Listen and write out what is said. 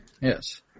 Yes